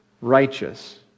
righteous